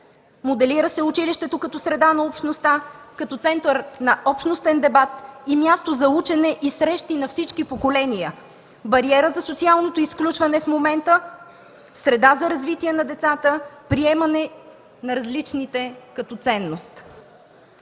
моделира като среда на общността, като център на общностен дебат, място за учене и срещи на всички поколения, бариерата за социалното изключване в момента, среда за развитие на децата, приемане на различните като ценност.